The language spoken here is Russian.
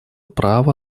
права